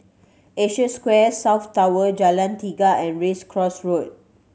Asia Square South Tower Jalan Tiga and Race Course Road